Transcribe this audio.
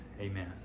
Amen